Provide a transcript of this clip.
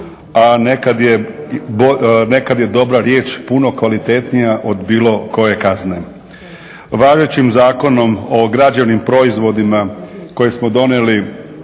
a nekad je dobra riječ puno kvalitetnija od bilo koje kazne. Važećim Zakonom o građevnim proizvodima koje smo donijeli